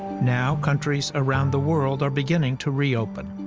now countries around the world are beginning to reopen.